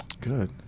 good